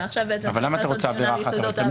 למה אתה רוצה עבירה אחת?